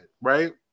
right